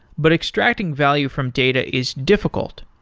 but extracting value from data is difficult,